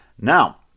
Now